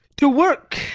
to work!